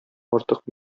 артык